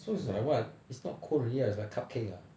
so it's like what it's not scones already right it's like cupcake ah